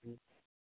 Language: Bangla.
হুম